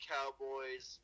Cowboys